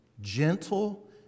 gentle